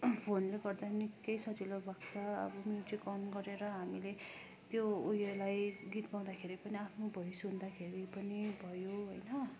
फोनले गर्दा निकै सजिलो भएको छ अब म्युजिक अन् गरेर हामीले त्यो उयोलाई गीत गाउँदाखेरि पनि आफ्नो भोइस सुन्दाखेरि पनि भयो होइन